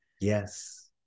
yes